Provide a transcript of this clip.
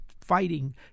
fighting